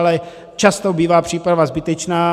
Ale často bývá příprava zbytečná.